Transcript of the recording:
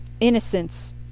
innocence